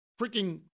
Freaking